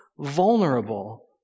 vulnerable